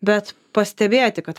bet pastebėti kad